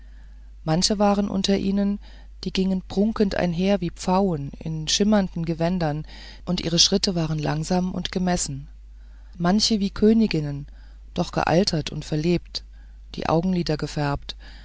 manche waren unter ihnen die gingen prunkend einher wie pfauen in schimmernden gewändern und ihre schritte waren langsam und gemessen manche wie königinnen doch gealtert und verlebt die augenlider gefärbt